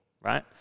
right